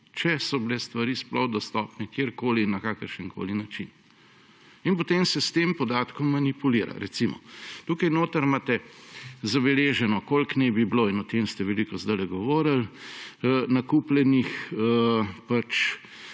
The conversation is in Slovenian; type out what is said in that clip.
če so bile stvari sploh dostopne kjerkoli na kakršenkoli način. In potem se s tem podatkom manipulira. Recimo: tukaj notri imate zabeleženo, koliko naj bi bilo, in o tem ste veliko zdajle govorili, nakupljenih